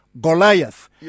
Goliath